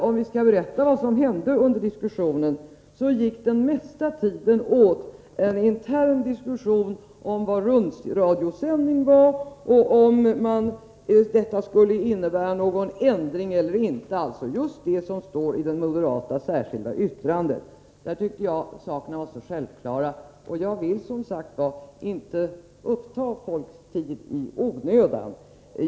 Om vi skall berätta vad som hände under diskussionen, så vill jag säga att den mesta tiden gick åt för en intern diskussion om vad rundradiosändning var och om detta skulle innebära någon ändring eller inte — alltså just det som står i det moderata särskilda yttrandet. De sakerna tyckte jag var så självklara, och jag vill, som sagt, inte uppta folks tid i onödan.